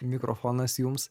mikrofonas jums